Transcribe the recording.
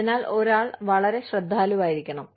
അതിനാൽ ഒരാൾ വളരെ ശ്രദ്ധാലുവായിരിക്കണം